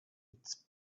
its